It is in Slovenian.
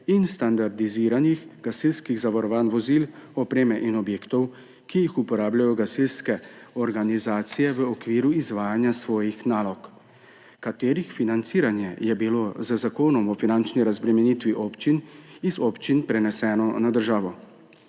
in standardiziranih gasilskih zavarovanj vozil, opreme in objektov, ki jih uporabljajo gasilske organizacije v okviru izvajanja svojih nalog, katerih financiranje je bilo z Zakonom o finančni razbremenitvi občin z občin preneseno na državo.